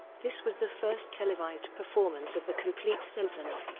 this was the first televised performance of the complete symphony.